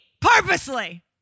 purposely